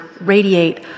radiate